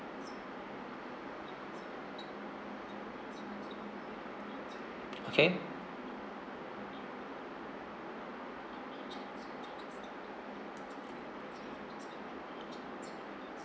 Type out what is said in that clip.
okay